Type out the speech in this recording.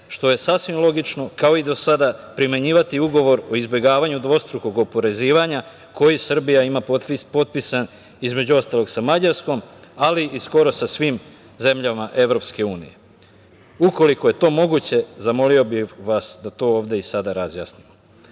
što je sasvim logično, kao i do sada, primenjivati Ugovor o izbegavanju dvostrukog oporezivanja, koji Srbija ima potpisan, između ostalog, sa Mađarskom, ali i skoro sa svim zemljama EU? Ukoliko je to moguće, zamolio bih vas da to ovde i sada razjasnimo. Želeo